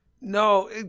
No